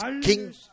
King